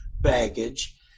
baggage